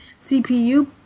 CPU